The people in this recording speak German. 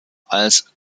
als